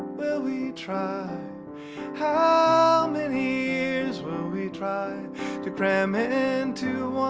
will we try how ah many years will we try to cram into